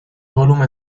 volume